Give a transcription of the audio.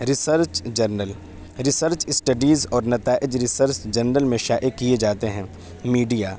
research journal research studies اور نتائج research journal میں شائع کیے جاتے ہیں میڈیا